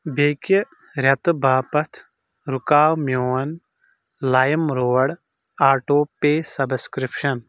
بیٛکہِ رٮ۪تہٕ باپتھ رُکاو میون لایِم روڈ آٹو پے سبسکرپشن